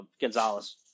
Gonzalez